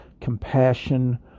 compassion